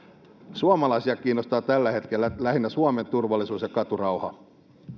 suomalaisia kiinnostaa tällä hetkellä lähinnä suomen turvallisuus ja katurauha